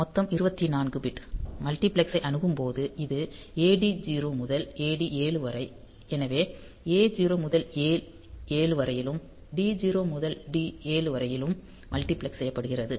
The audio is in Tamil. மொத்தம் 24 பிட் மல்டிபிளெக்ஸ் ஐ அணுகும்போது இது AD 0 முதல் AD 7 வரை எனவே A 0 முதல் A 7 வரையிலும் D 0 முதல் D 7 வரையிலும் மல்டிபிளக்ஸ் செய்யப்படுகிறது